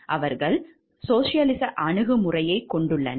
அவர்கள் சோசலிச அணுகுமுறையைக் கொண்டுள்ளனர்